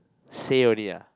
say only ah